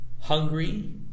hungry